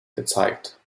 gezeigt